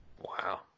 Wow